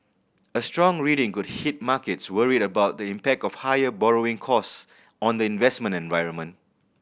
a strong reading could hit markets worried about the impact of higher borrowing costs on the investment environment